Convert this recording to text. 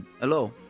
Hello